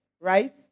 Right